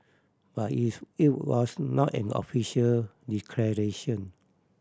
but it's it was not an official declaration